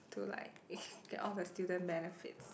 to like get all the student benefits